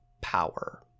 power